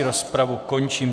Rozpravu končím.